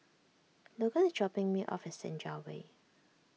Logan is dropping me off Senja Way